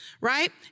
right